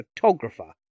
photographer